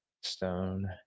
Stone